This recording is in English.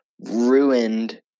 ruined